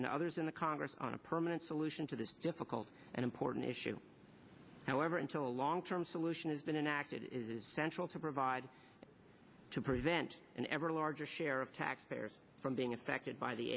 and others in the congress on a permanent solution to this difficult and important issue however until a long term solution has been enacted is central to provide to prevent an ever larger share of taxpayers from being affected by the